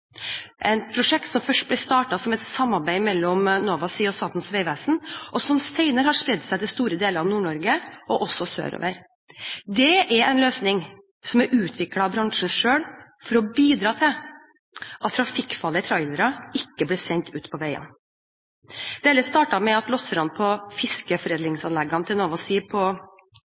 prosjekt som først ble startet som et samarbeid mellom Nova Sea og Statens vegvesen, og som senere har spredt seg til store deler av Nord-Norge, og også sørover. Det er en løsning som er utviklet av bransjen selv, for å bidra til at trafikkfarlige trailere ikke blir sendt ut på veiene. Det hele startet med at losserne på fiskeforedlingsanlegget til